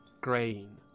Grain